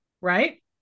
Right